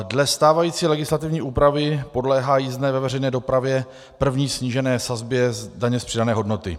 Dle stávající legislativní úpravy podléhá jízdné ve veřejné dopravě první snížené sazbě z daně z přidané hodnoty.